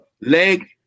leg